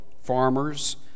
farmers